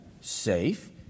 safe